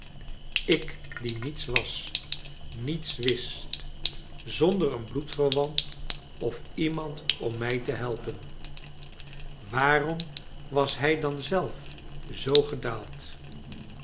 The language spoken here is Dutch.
ik die niets was niets wist zonder een bloedverwant of iemand om mij te helpen waarom was hij dan zelf zoo gedaald